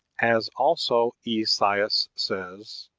as also esaias says